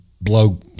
blow